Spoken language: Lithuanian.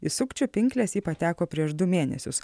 į sukčių pinkles ji pateko prieš du mėnesius